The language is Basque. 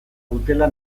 dutela